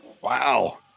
Wow